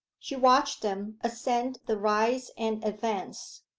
she watched them ascend the rise and advance,